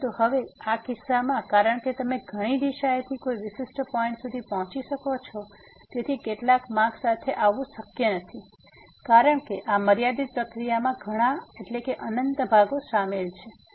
પરંતુ હવે આ કિસ્સામાં કારણ કે તમે ઘણી દિશાઓથી કોઈ વિશિષ્ટ પોઈન્ટ સુધી પહોંચી શકો છો તેથી કેટલાક માર્ગ સાથે આવવું શક્ય નથી કારણ કે આ મર્યાદિત પ્રક્રિયામાં ઘણા અનંત ભાગો શામેલ છે